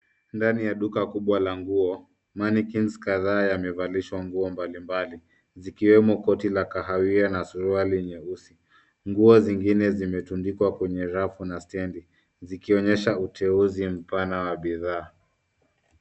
Ndani ya duka kubwa la nguo Manequin kataa yamevalishwa nguo mbali mbali zikiwemo koti la kahawia na suruali nyeusi, nguo zingine zimetundikwa kwenye rafu na stendi zikionyesha uteuzi pana wa bidhaa.